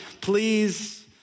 please